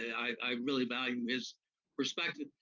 i really value his perspective.